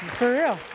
for real.